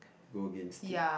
go against it